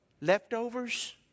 leftovers